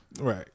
Right